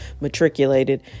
matriculated